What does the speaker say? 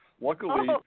luckily